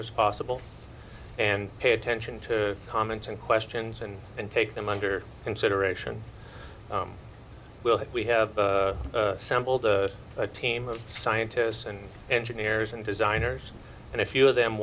s possible and pay attention to comments and russians and and take them under consideration we'll we have sampled a team of scientists and engineers and designers and a few of them